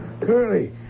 Curly